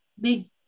big